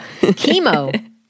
Chemo